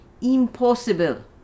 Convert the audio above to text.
Impossible